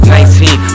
Nineteen